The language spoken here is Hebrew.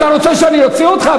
אתה רוצה שאני אוציא אותך?